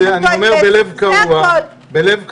אני אומר בלב קרוע,